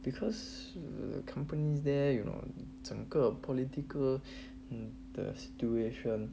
because the companies there you know 整个 political the situation